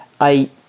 eight